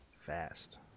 Fast